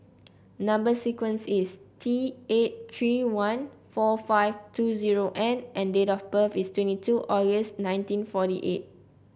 number sequence is T eight three one four five two zero N and date of birth is twenty two August nineteen forty eight